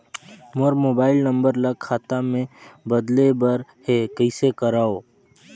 मोर mobile number ल खाता मे बदले बर हे कइसे करव?